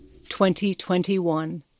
2021